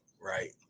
Right